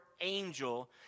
angel